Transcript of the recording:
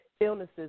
illnesses